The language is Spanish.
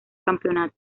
campeonato